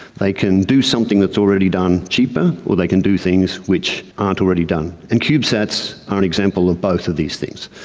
they can do something that is already done cheaper or they can do things which aren't already done. and cubesats are an example of both of these things.